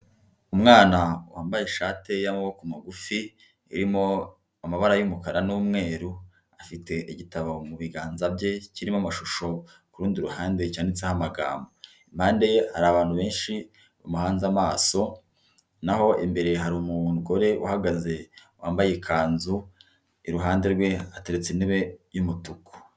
Umwana wambaye ishati y'amaboko magufi irimo amabara y'umukara n'umweru afite igitabo mu biganza bye kirimo amashusho ku rundi ruhande cyanditse ho amagambo. Impande ye hari abantu benshi bamuhanze amaso naho imbere hari umugore uhagaze wambaye ikanzu iruhande rwe hateretse intebe y'umutuku.